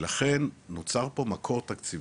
ולכן נוצר פה מקור תקציבי,